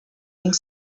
donc